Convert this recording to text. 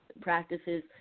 practices